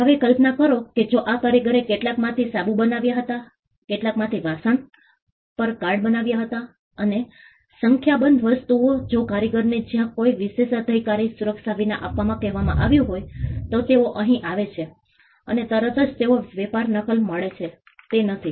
હવે કલ્પના કરો કે જો આ કારીગરે કેટલાકમાંથી સાબુ બનાવ્યા હતા કેટલાક કાચનાં વાસણ પર કાર્ડ બનાવ્યા હતા અને સંખ્યાબંધ વસ્તુઓ જો કારીગરને જ્યાં કોઈ વિશેષાધિકારની સુરક્ષા વિના આવવાનું કહેવામાં આવ્યું હોય તો તેઓ અહીં આવે છે અને તરત જ તેઓ વેપાર નકલ મળે છે તે નથી